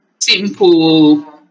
simple